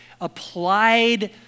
applied